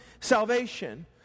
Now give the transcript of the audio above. salvation